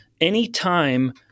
Anytime